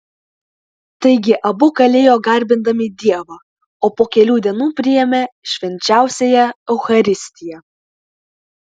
taigi abu kalėjo garbindami dievą o po kelių dienų priėmė švenčiausiąją eucharistiją